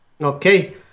Okay